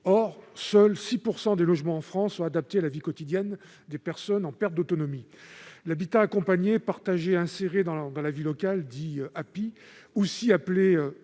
eux, seuls 6 % des logements en France sont adaptés à la vie quotidienne des personnes en perte d'autonomie. L'habitat accompagné, partagé et inséré dans la vie locale, dit API, aussi appelé «